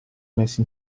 messi